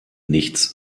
nichts